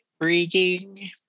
reading